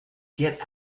get